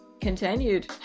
continued